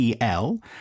EL